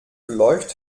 läuft